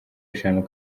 eshanu